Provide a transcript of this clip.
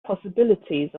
possibilities